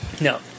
No